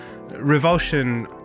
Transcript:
Revulsion